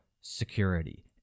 security